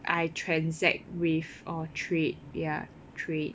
I transact with or trade ya trade